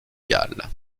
galles